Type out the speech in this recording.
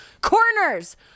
corners